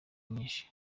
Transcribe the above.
nyinshi